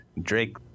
Drake